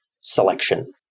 selection